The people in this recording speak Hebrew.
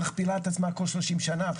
מכפילה את עצמה כל 30 שנה,